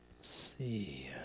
see